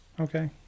Okay